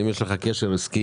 האם יש לך קשר עסקי